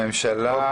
הממשלה לא הייתה פה.